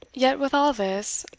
yet, with all this,